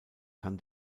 kann